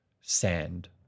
sand